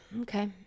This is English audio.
okay